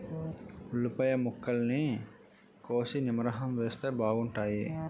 ఉల్లిపాయ ముక్కల్ని కోసి నిమ్మరసం వేస్తే బాగుంటాయి